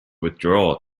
withdraw